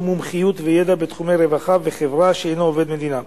מומחיות וידע בתחומי רווחה וחברה שאינו עובד המדינה.